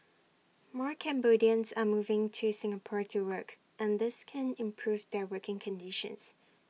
more Cambodians are moving to Singapore to work and this can improve their working conditions